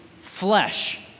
flesh